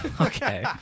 Okay